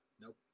nope